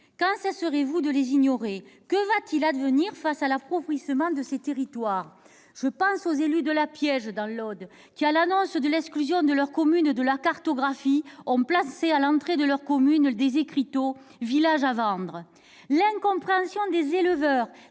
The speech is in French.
Quand cesserez-vous de les ignorer ? Que va-t-il advenir face à l'appauvrissement de ces territoires ? Je pense aux élus de la Piège, dans l'Aude, qui, à l'annonce de l'exclusion de leurs communes de la cartographie, ont placé, à l'entrée de leurs agglomérations, des écriteaux « Village à vendre ». L'incompréhension des éleveurs